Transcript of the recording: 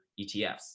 ETFs